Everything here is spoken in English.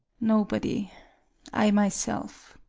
nobody i myself.